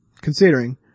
considering